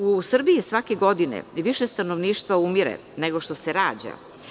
U Srbiji svake godine više stanovništva umire nego što se rađa.